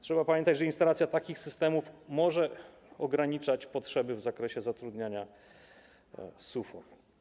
Trzeba pamiętać, że instalacja takich systemów może ograniczać potrzeby w zakresie zatrudniania SUFO.